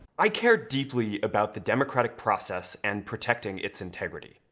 i care deeply about the democratic process and protecting its integrity.